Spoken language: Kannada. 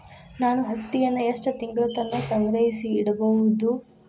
ನಾನು ಹತ್ತಿಯನ್ನ ಎಷ್ಟು ತಿಂಗಳತನ ಸಂಗ್ರಹಿಸಿಡಬಹುದು?